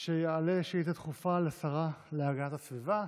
שיעלה שאילתה דחופה לשרה להגנת הסביבה.